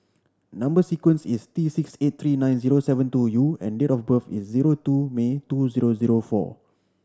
number sequence is T six eight three nine zero seven two U and date of birth is zero two May two zero zero four